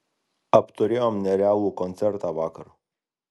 apturėjom nerealų koncertą vakar